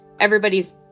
everybody's